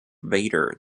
vader